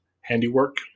handiwork